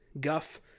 guff